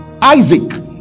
Isaac